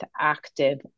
active